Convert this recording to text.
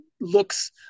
looks